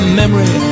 memory